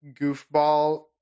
goofball